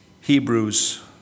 Hebrews